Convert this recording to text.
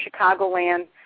Chicagoland